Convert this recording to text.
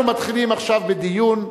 אנחנו מתחילים עכשיו בדיון.